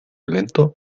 lento